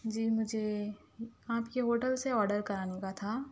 جی مجھے آپ کے ہوٹل سے آرڈر کرانے کا تھا